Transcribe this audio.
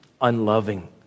unloving